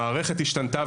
המערכת השתנתה,